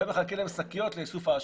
ומחכות להן שקיות לאיסוף האשפה.